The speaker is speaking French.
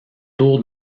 tour